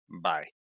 bye